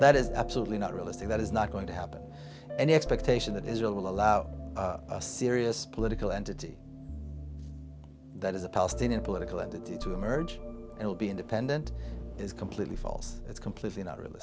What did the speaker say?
that is absolutely not realistic that is not going to happen an expectation that israel will allow a serious political entity that is a palestinian political entity to emerge it will be independent is completely false it's completely anot